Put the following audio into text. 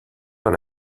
dans